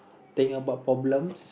think about problems